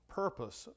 purpose